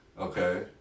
Okay